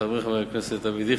חברי חבר הכנסת אבי דיכטר,